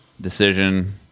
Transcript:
decision